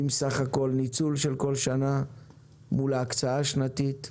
עם סך כל הניצול בכל שנה מול ההקצאה השנתית,